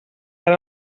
per